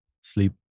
sleep